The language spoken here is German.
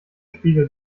spiegel